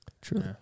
True